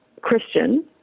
Christian